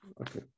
okay